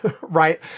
Right